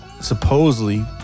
supposedly